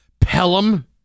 Pelham